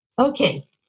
Okay